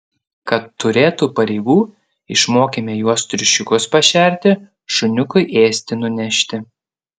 kad turėtų pareigų išmokėme juos triušiukus pašerti šuniukui ėsti nunešti